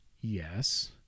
Yes